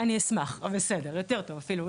אני אשמח, יותר טוב אפילו.